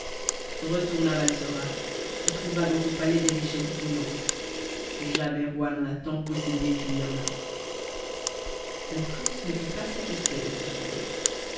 retourne à balsora tu trouveras dans ton palais des richesses immenses jamais roi n'en a tant possédé qu'il y en a le prince ne fut pas satisfait de ce songe